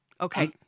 Okay